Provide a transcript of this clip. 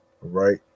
Right